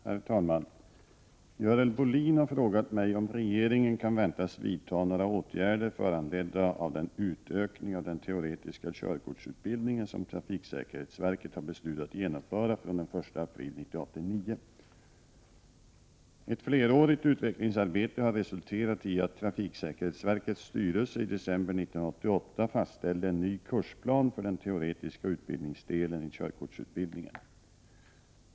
Herr talman! Görel Bohlin har frågat mig om regeringen kan väntas vidta några åtgärder föranledda av den utökning av den teoretiska körkortsutbildningen som trafiksäkerhetsverket har beslutat genomföra den 1 april 1989. Ett flerårigt utvecklingsarbete har resulterat i att trafiksäkerhetsverkets styrelse i december 1988 fastställde en ny kursplan för den teoretiska utbildningsdelen i körkortsutbildningen.